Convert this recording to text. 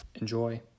Enjoy